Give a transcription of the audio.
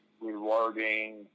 rewarding